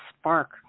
spark